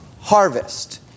Harvest